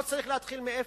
לא צריך להתחיל מאפס.